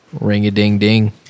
Ring-a-ding-ding